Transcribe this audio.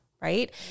Right